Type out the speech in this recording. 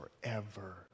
Forever